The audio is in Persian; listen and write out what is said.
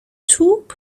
توپ